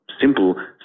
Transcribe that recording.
simple